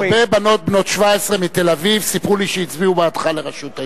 הרבה בנות 17 מתל-אביב סיפרו לי שהצביעו בעדך לראשות העיר.